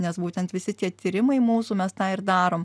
nes būtent visi tie tyrimai mūsų mes tą ir darom